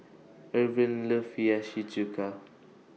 Ervin loves Hiyashi Chuka